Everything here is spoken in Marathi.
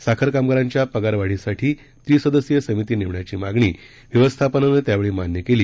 साखर कामगारांच्या पगार वाढीसाठी त्रिसदस्यीय समिती नेमण्याची मागणी व्यवस्थापनानं त्यावेळी मान्य केली